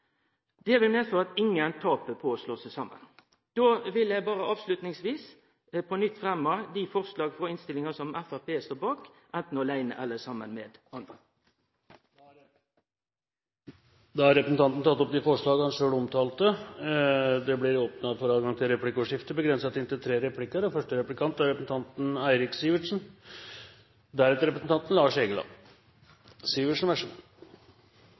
Det vil medføre at ingen taper på å slå seg saman. Då vil eg berre avslutningsvis på nytt fremme dei forslaga i innstillinga som Framstegspartiet står bak, anten åleine eller saman med andre. Da har representanten Gjermund Hagesæter tatt opp de forslagene han refererte til. Det blir replikkordskifte. Etter dette innlegget har jeg opptil flere spørsmål. Jeg tror jeg må oppklare et par åpenbare misforståelser først. Når representanten